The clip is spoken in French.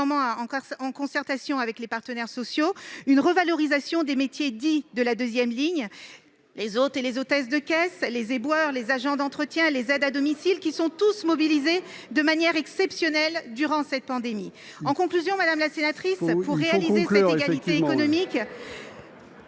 en concertation avec les partenaires sociaux une revalorisation des métiers dits « de la deuxième ligne »: les hôtes et hôtesses de caisse, les éboueurs, les agents d'entretien, les aides à domicile, qui se sont tous mobilisés de manière exceptionnelle durant cette pandémie. Il faut conclure. En conclusion, madame la sénatrice, pour réaliser cette égalité économique